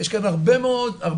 יש כאלו הרבה מאוד,